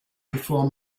before